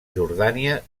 jordània